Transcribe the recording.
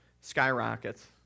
skyrockets